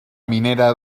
minera